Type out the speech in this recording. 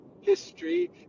history